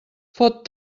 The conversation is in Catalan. fot